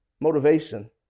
motivation